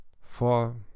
four